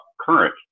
current